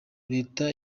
leta